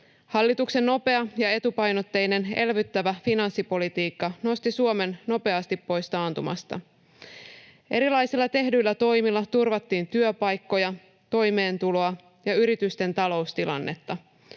Hallituksen nopea ja etupainotteinen elvyttävä finanssipolitiikka nosti Suomen nopeasti pois taantumasta. Erilaisilla tehdyillä toimilla turvattiin työpaikkoja, toimeentuloa ja yritysten taloustilannetta.